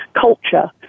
culture